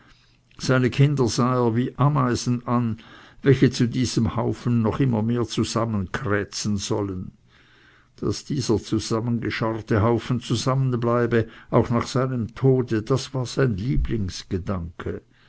seine kinder sah er wie ameisen an welche zu diesem haufen immer noch mehr zusammenkräzen sollten daß dieser zusammengescharrte haufen zusammenbleibe auch nach seinem tode das war sein lieblingsgedanke